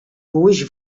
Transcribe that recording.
mhuwiex